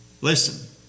Listen